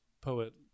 Poet